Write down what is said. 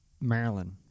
Maryland